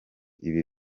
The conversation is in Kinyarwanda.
ibiri